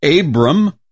Abram